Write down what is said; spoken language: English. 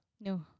No